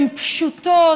הן פשוטות,